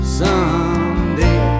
someday